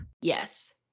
Yes